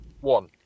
One